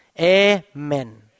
amen